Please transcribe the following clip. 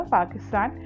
Pakistan